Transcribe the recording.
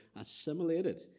assimilated